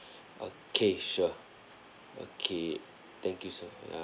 okay sure okay thank you so ya